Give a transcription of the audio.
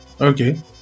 Okay